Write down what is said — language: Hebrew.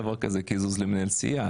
אין דבר כזה קיזוז למנהל סיעה.